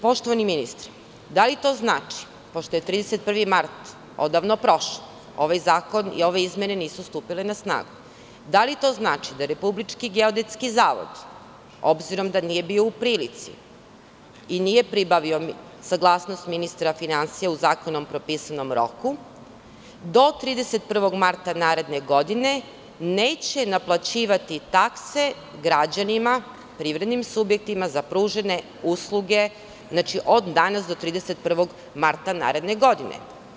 Poštovani ministre, da li to znači, pošto je 31. mart odavno prošao, ovaj zakon i ove izmene nisu stupile na snagu, da Republički geodetski zavod, obzirom da nije bio u prilici i nije pribavio saglasnost ministra finansija u zakonom propisanom roku, do 31. marta naredne godine neće naplaćivati takse građanima, privrednim subjektima za pružene usluge, znači, od danas do 31. marta naredne godine?